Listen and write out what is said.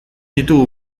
ditugu